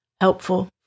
helpful